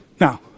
Now